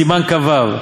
סימן כ"ו,